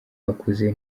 bakuze